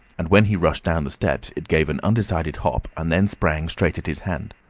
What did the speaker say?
and when he rushed down the steps it gave an undecided hop, and then sprang straight at his hand.